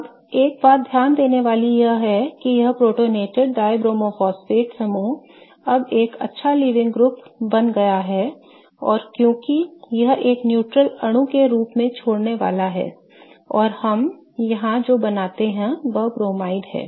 अब एक बात ध्यान देने वाली यह है कि यह प्रोटोनेटेड डाइब्रोमो फॉस्फेट समूह अब एक अच्छा लीविंग ग्रुप बन गया है क्योंकि यह एक neutral अणु के रूप में छोड़ने वाला है और हम यहां जो बनाते हैं वह ब्रोमाइड है